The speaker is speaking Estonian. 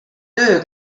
töö